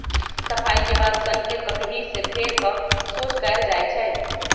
सफाई के बाद सन्न के ककहि से फेर कऽ सोझ कएल जाइ छइ